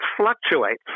fluctuates